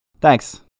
Thanks